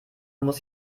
muss